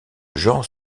genre